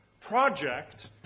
project